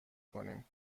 کنیم